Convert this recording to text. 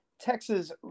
Texas